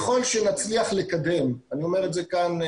אני אומר את זה כאן,